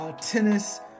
tennis